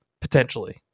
potentially